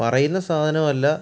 പറയുന്ന സാധനം അല്ല